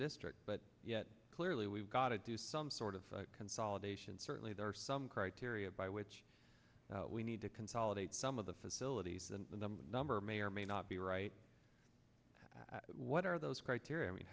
district but yet clearly we've got to do some sort of consolidation certainly there are some criteria by which we need to consolidate some of the facilities and the number number may or may not be right what are those criteria i mean